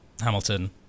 Hamilton